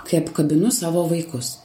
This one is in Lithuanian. kai apkabinu savo vaikus